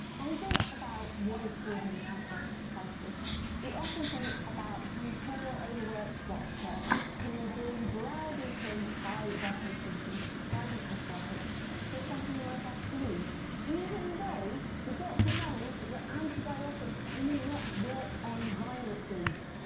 when we think about what is causing the antibiotics crisis we often think about some poor, overworked doctor who is being browbeaten by their patient into prescribing antibiotics for something like a flu even though the doctor knows that antibiotics do not work on viruses.